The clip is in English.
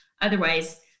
otherwise